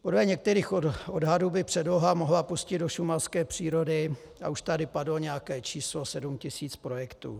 Podle některých odhadů by předloha mohla pustit do šumavské přírody, už tady padlo nějaké číslo, sedm tisíc projektů.